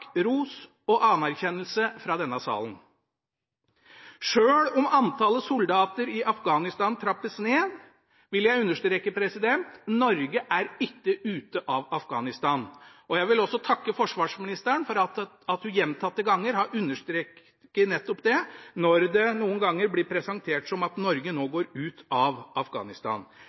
ros og anerkjennelse fra denne sal. Selv om antallet soldater i Afghanistan trappes ned, vil jeg understreke: Norge er ikke ute av Afghanistan. Jeg vil også takke forsvarsministeren for at hun gjentatte ganger har understreket nettopp det, når det noen ganger blir presentert som at Norge nå går ut av Afghanistan.